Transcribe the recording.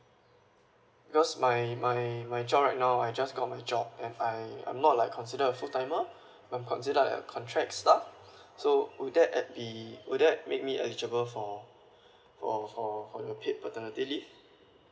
because my my my job right now I just got my job and I I'm not like considered a full timer I'm considered like a contract staff so would that at be would that make me eligible for for for for your paid paternity leave